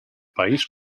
país